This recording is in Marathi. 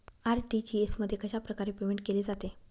आर.टी.जी.एस मध्ये कशाप्रकारे पेमेंट केले जाते?